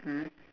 mm